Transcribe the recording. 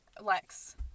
Lex